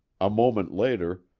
a moment later,